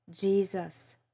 Jesus